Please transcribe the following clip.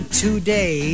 today